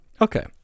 okay